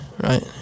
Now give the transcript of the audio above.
Right